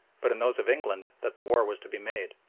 but in those of england, that the war was to be made.